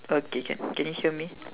okay can can you hear me